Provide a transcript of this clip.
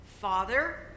Father